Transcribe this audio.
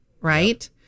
right